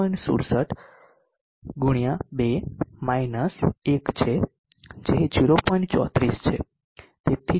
67 ગુણ્યા 2 માઈનસ 1 જે 0